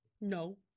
No